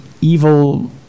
evil